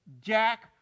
Jack